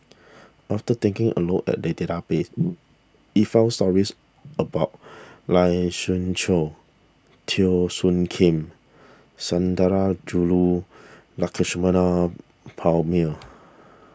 after taking a look at we found stories about Lai Siu Chiu Teo Soon Kim Sundarajulu Lakshmana Perumal